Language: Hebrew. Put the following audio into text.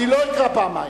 אני לא אקרא פעמיים.